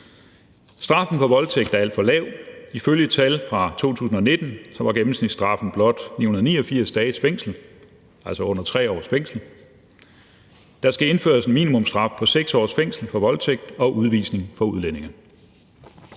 Straffen for voldtægt er alt for lav. Ifølge tal fra 2019 var gennemsnitsstraffen blot 989 dages fængsel – under 3 år. For voldtægt skal der indføres en minimumsstraf på 6 års fængsel og udvisning for udlændinge.«